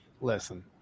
Listen